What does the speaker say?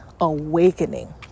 awakening